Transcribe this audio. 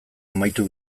amaitu